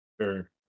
Sure